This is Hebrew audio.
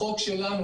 החוק שלנו,